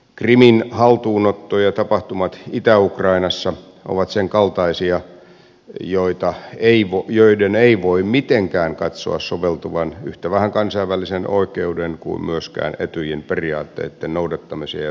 krimin haltuunotto ja tapahtumat itä ukrainassa ovat sen kaltaisia että niiden ei voi mitenkään katsoa soveltuvan kansainvälisen oikeuden eikä myöskään etyjin periaatteitten noudattamiseen ja toteuttamiseen